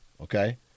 okay